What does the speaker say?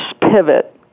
pivot